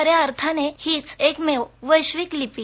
खऱ्या अर्थानं हीच एकमेव वैश्विक लिपी